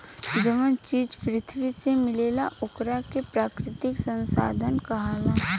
जवन चीज पृथ्वी से मिलेला ओकरा के प्राकृतिक संसाधन कहाला